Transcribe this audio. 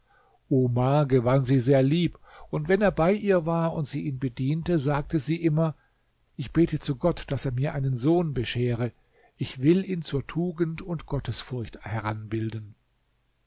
gewann sie sehr lieb und wenn er bei ihr war und sie ihn bediente sagte sie immer ich bete zu gott daß er mir einen sohn beschere ich will ihn zur tugend und gottesfurcht heranbilden